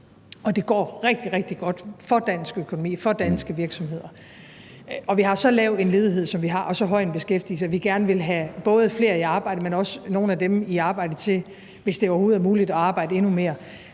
at det går rigtig, rigtig godt for dansk økonomi, for danske virksomheder, at vi har så lav en ledighed, som vi har, og så høj en beskæftigelse, og at vi gerne vil have flere i arbejde, men også have nogle af dem, der er i arbejde, til at arbejde endnu mere,